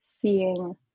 Seeing